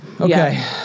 Okay